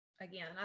again